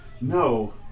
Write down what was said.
no